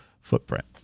footprint